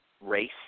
race